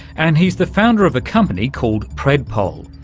and he's the founder of a company called predpol,